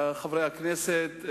חברי הכנסת,